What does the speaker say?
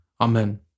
Amen